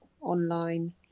online